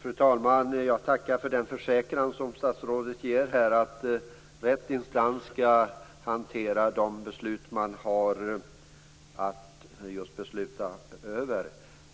Fru talman! Jag tackar för den försäkran som statsrådet ger här att rätt instans skall fatta de beslut man har att hantera.